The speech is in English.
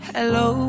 Hello